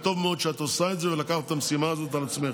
טוב מאוד שאת עושה את זה ולקחת את המשימה הזאת על עצמך.